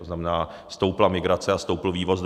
To znamená, stoupla migrace a stoupl vývoz drog.